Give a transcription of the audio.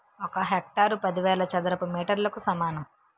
ఒక హెక్టారు పదివేల చదరపు మీటర్లకు సమానం